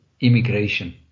immigration